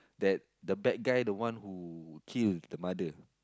that the bad guy the one who kill the mother